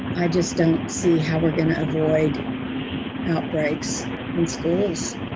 i just don't see how we're going to avoid outbreaks in schools.